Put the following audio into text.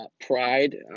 pride